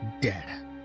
dead